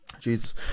jesus